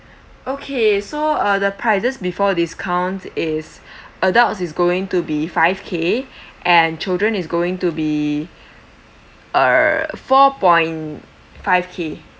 okay so uh the prices before discount is adults is going to be five K and children is going to be uh four point five K